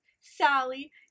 sally